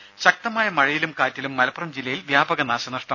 രുര ശക്തമായ മഴയിലും കാറ്റിലും മലപ്പുറം ജില്ലയിൽ വ്യാപക നാശനഷ്ടം